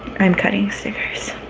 i'm cutting stickers